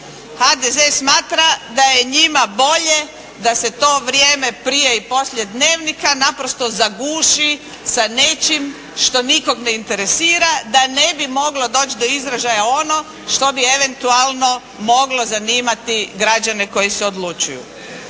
HDZ smatra da je njima bolje da se to vrijeme prije i poslije "Dnevnika" naprosto zaguši sa nečim što nikog ne interesira da ne bi moglo doći do izražaja ono što bi eventualno moglo zanimati građane koji se odlučuju.